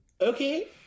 Okay